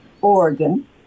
Oregon